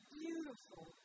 beautiful